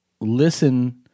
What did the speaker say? listen